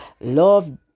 love